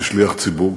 ושליח ציבור.